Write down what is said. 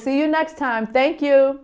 see you next time thank you